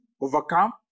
overcome